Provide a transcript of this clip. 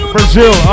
Brazil